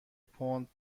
پوند